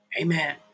Amen